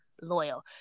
loyal